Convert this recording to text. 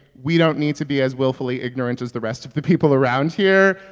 we don't need to be as willfully ignorant as the rest of the people around here.